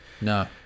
No